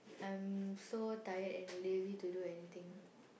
I'm so tired and lazy to do anything